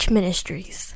Ministries